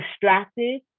distracted